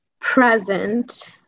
present